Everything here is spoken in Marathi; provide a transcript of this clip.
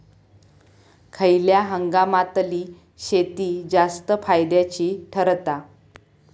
खयल्या हंगामातली शेती जास्त फायद्याची ठरता?